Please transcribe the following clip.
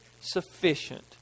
sufficient